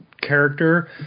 character